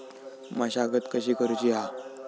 मशागत कशी करूची हा?